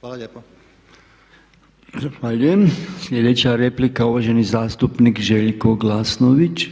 Hvala lijepa. **Podolnjak, Robert (MOST)** Zahvaljujem. Sljedeća replika uvaženi zastupnik Željko Glasnović.